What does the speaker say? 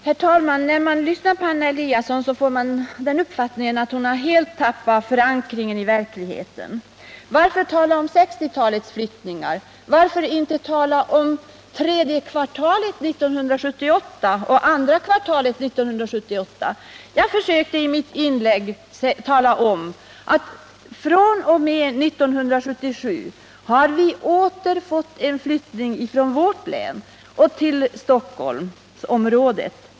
Herr talman! När man lyssnar till Anna Eliasson får man den uppfattningen att hon helt tappat förankringen i verkligheten. Varför tala om 1960 talets flyttningar? Varför inte tala om tredje kvartalet 1978 och andra kvartalet 1978? Jag försökte i mitt inlägg tala om att fr.o.m. 1977 har vi åter fått en flyttning från vårt län till Stockholmsområdet.